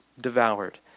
devoured